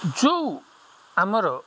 ଯେଉଁ ଆମର